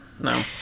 No